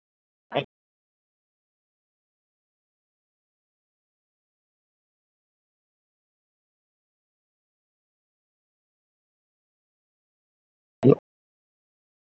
I